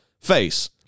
face